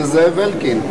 אז הוא לא בונה בירושלים.